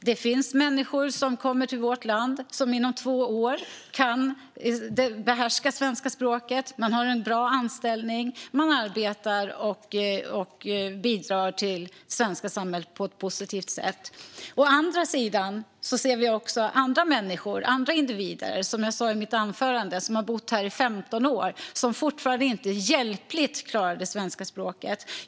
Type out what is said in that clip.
Det finns människor som kommer till vårt land som inom två år behärskar svenska språket, har en bra anställning, arbetar och bidrar till det svenska samhället på ett positivt sätt. Å andra sidan ser vi andra människor, andra individer, som jag sa i mitt anförande, som har bott här i 15 år som fortfarande inte hjälpligt klarar svenska språket.